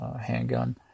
handgun